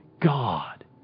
God